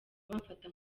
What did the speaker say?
bamfata